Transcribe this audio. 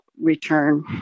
return